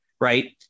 Right